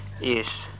Yes